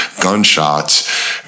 Gunshots